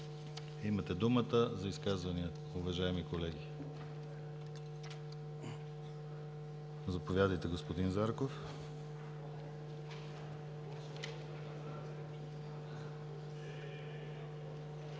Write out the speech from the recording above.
Имате думата за изказвания, уважаеми колеги. Заповядайте, господин Зарков.